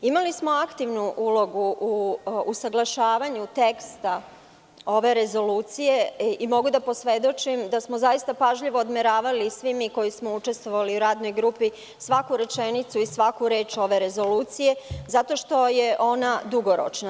Imali smo aktivnu ulogu u usaglašavanju teksta ove rezolucije i mogu da posvedočim da smo zaista pažljivo odmeravali svi mi koji smo učestvovali u radnoj grupi svaku rečenicu i svaku reč ove rezolucije zato što je ona dugoročna.